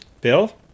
Bill